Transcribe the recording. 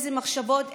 איזה מחשבות,